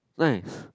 nice